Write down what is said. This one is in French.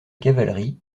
cavalerie